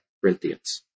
Corinthians